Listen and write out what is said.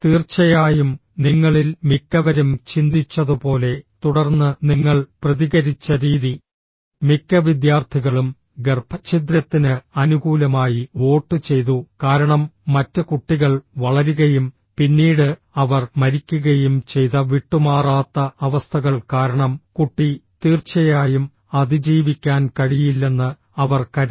തീർച്ചയായും നിങ്ങളിൽ മിക്കവരും ചിന്തിച്ചതുപോലെ തുടർന്ന് നിങ്ങൾ പ്രതികരിച്ച രീതി മിക്ക വിദ്യാർത്ഥികളും ഗർഭച്ഛിദ്രത്തിന് അനുകൂലമായി വോട്ട് ചെയ്തു കാരണം മറ്റ് കുട്ടികൾ വളരുകയും പിന്നീട് അവർ മരിക്കുകയും ചെയ്ത വിട്ടുമാറാത്ത അവസ്ഥകൾ കാരണം കുട്ടി തീർച്ചയായും അതിജീവിക്കാൻ കഴിയില്ലെന്ന് അവർ കരുതി